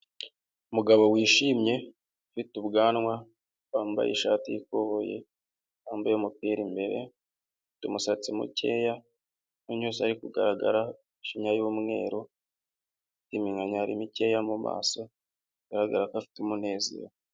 Umugabo wishimye ufite ubwanwa wambaye ishati y'ikoboye wambaye umupira imbere, afite umusatsi mukeya, amenyo yose ari kugaragara, isinya y'umweru, iminkanyari mikeya mu maso bigaragara ko afite umunezero.